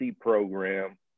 program